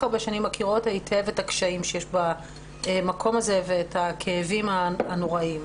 הרבה שנים מכירות היטב את הקשיים שיש במקום הזה ואת הכאבים הנוראיים.